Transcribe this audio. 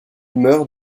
meurt